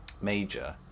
major